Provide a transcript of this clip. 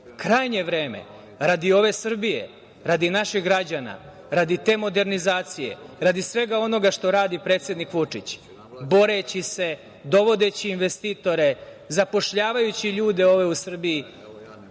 krajnje vreme, radi ove Srbije, radi naših građana, radi te modernizacije, radi svega onoga što radi predsednik Vučić, boreći se, dovodeći investitore, zapošljavajući ljude u Srbiji,